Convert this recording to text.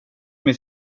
mig